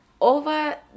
Over